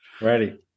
Ready